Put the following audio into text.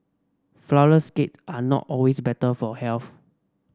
flourless cake are not always better for health